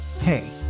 Hey